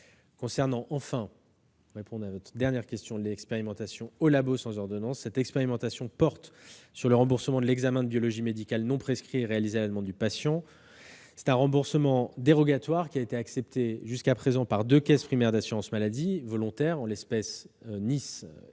d'Oiapoque. Enfin, l'expérimentation « Au labo sans ordonnance » porte sur le remboursement d'un examen de biologie médicale non prescrit, réalisé à la demande du patient. Il s'agit d'un remboursement dérogatoire qui a été accepté jusqu'à présent par deux caisses primaires d'assurance maladie volontaires, celles de Nice et